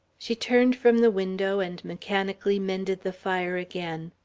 she turned from the window and mechanically mended the fire again.